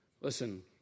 Listen